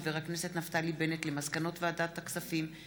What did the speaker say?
ענת ברקו, מרב מיכאלי,